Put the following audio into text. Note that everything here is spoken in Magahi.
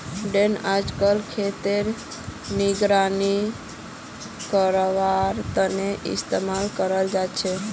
ड्रोन अइजकाल खेतेर निगरानी करवार तने इस्तेमाल कराल जाछेक